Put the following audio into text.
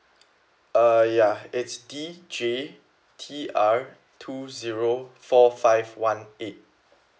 uh ya it's D J T R two zero four five one eight